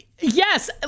yes